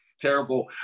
terrible